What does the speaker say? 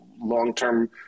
long-term